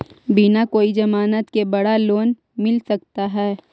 बिना कोई जमानत के बड़ा लोन मिल सकता है?